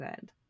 good